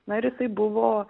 na ir jisai buvo